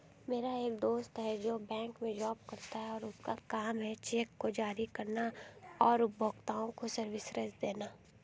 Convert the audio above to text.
मेरा एक दोस्त है जो बैंक में जॉब करता है और उसका काम है चेक को जारी करना और उपभोक्ताओं को सर्विसेज देना